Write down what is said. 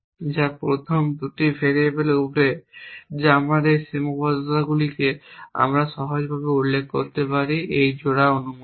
যা প্রথম 2টি ভেরিয়েবলের উপরে যা আমাদের সেই সীমাবদ্ধতাগুলিকে আমরা সহজভাবে উল্লেখ করতে পারি যে এই জোড়া অনুমোদিত